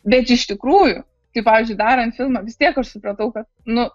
bet iš tikrųjų kai pavyzdžiui darant filmą vis tiek aš supratau kad nu